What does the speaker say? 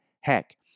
Heck